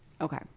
Okay